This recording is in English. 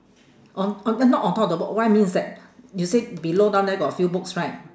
on on uh not on top of the book what I mean is that you said below down there got a few books right